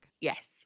yes